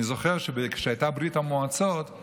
אני זוכר שכאשר הייתה ברית המועצות,